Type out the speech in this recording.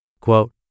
Quote